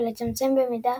ולצמצם במידת